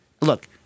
look